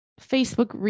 Facebook